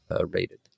rated